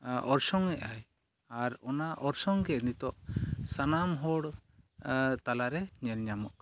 ᱚᱨᱥᱚᱝᱼᱮᱫᱟᱭ ᱟᱨ ᱚᱱᱟ ᱚᱨᱥᱚᱝᱜᱮ ᱱᱤᱛᱳᱜ ᱥᱟᱱᱟᱢ ᱦᱚᱲ ᱛᱟᱞᱟᱨᱮ ᱧᱮᱞ ᱧᱟᱢᱚᱜ ᱠᱟᱱᱟ